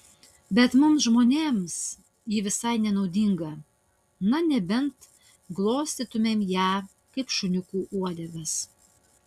bet mums žmonėms ji visai nenaudinga na nebent glostytumėm ją kaip šuniukų uodegas